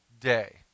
day